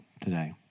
today